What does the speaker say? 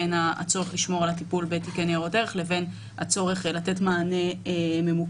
בין הצורך לשמור על הטיפול בתיקי ניירות ערך לבין הצורך לתת מענה ממוקד